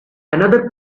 another